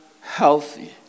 healthy